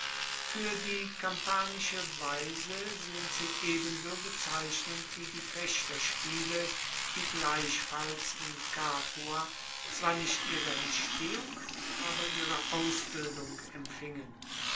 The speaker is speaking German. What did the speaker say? fuer die kampanische weise sind sie ebenso bezeichnend wie die fechterspiele die gleichfalls in capua zwar nicht ihre entstehung aber ihre ausbildung empfingen